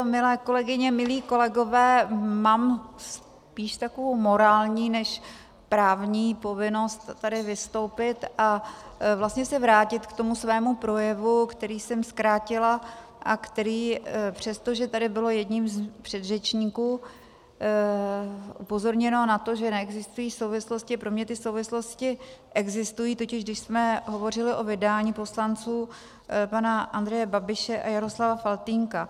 Milé kolegyně, milí kolegové, mám spíš takovou morální než právní povinnost tady vystoupit a vlastně se vrátit ke svému projevu, který jsem zkrátila a který, přestože tady bylo jedním z předřečníků upozorněno na to, že neexistují souvislosti, pro mě ty souvislosti existují, totiž když jsme hovořili o vydání poslanců pana Andreje Babiše a Jaroslava Faltýnka.